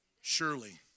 Surely